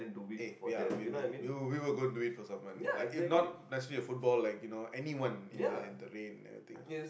eight ya we were we were going to do it for someone like if not actually a football like you know anyone in the in the rain I think